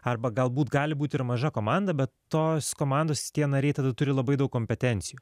arba galbūt gali būt ir maža komanda bet tos komandos tie nariai tada turi labai daug kompetencijų